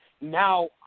Now